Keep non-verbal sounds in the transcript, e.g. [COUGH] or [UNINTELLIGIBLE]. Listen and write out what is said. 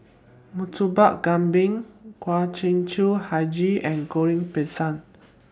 Murtabak Kambing Kueh [UNINTELLIGIBLE] Hijau and Goreng Pisang